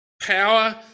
power